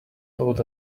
told